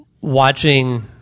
watching